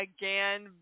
again